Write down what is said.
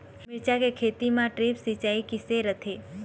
मिरचा के खेती म ड्रिप सिचाई किसे रथे?